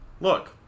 look